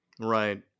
Right